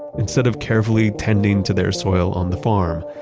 instead of carefully tending to their soil on the farm,